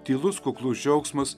tylus kuklus džiaugsmas